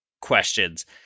questions